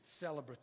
celebratory